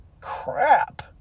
Crap